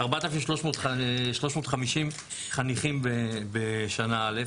4,350 חניכים בשנה א',